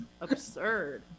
absurd